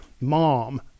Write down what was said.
mom